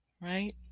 Right